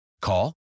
Call